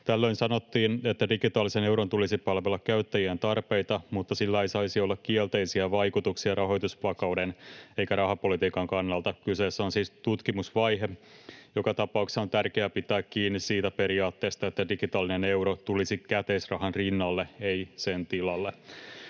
Tällöin sanottiin, että digitaalisen euron tulisi palvella käyttäjien tarpeita mutta sillä ei saisi olla kielteisiä vaikutuksia rahoitusvakauden eikä rahapolitiikan kannalta. Kyseessä on siis tutkimusvaihe. Joka tapauksessa on tärkeää pitää kiinni siitä periaatteesta, että digitaalinen euro tulisi käteisrahan rinnalle, ei sen tilalle.